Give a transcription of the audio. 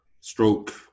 stroke